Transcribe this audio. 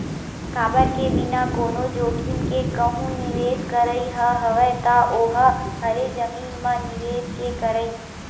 काबर के बिना कोनो जोखिम के कहूँ निवेस करई ह हवय ता ओहा हरे जमीन म निवेस के करई